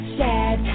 sad